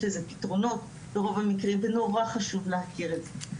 יש לזה פתרונות ברוב המקרים ונורא חשוב להכיר את זה.